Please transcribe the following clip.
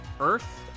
Earth